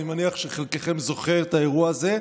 אני מניח שחלקכם זוכר את האירוע הזה,